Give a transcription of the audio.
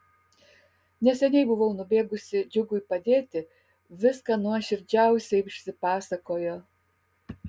neseniai buvau nubėgusi džiugui padėti viską nuoširdžiausiai išsipasakojo